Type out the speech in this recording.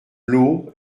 lot